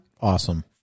Awesome